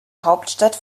hauptstadt